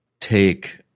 take